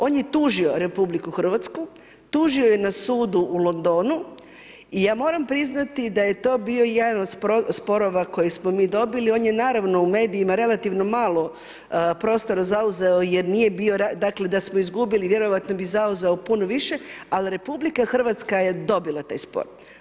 On je tužio RH, tužio je na sudu u Londonu i ja moram priznati da je to bio jedan od sporova koji smo mi dobili, on je naravno u medijima relativno malo prostora zauzeo jer nije bio, dakle da smo izgubili vjerojatno bi zauzeo puno više, ali RH je dobila taj spor.